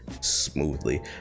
smoothly